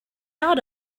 out